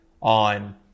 on